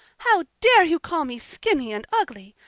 how dare you call me skinny and ugly?